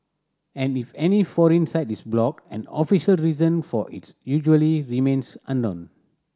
and if any foreign site is blocked an official reason for it usually remains unknown